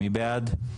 מי בעד?